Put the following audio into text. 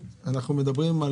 מטרים,